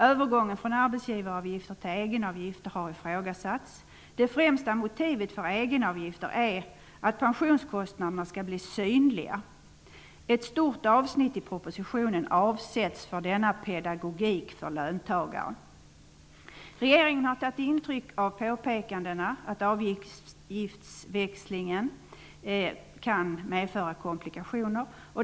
Övergången från arbetsgivaravgifter till egenavgifter har ifrågasatts. Det främsta motivet för egenavgifter är att pensionskostnaderna skall bli synliga. Ett stort avsnitt i propositionen avsätts för denna pedagogik för löntagare. Regeringen har tagit intryck av påpekandena att avgiftsväxlingen kan medföra komplikationer.